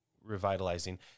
revitalizing